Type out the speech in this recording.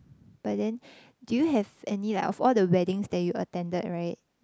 but then do you have any like all the weddings that you attended right